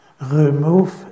Remove